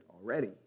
already